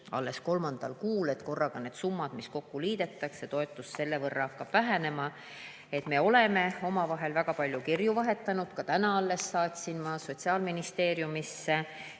alles kolmandal kuul. Korraga need summad, mis kokku liidetakse, toetus selle võrra hakkab vähenema. Me oleme omavahel väga palju kirju vahetanud, ka täna alles saatsin ma Sotsiaalministeeriumisse